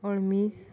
अळमी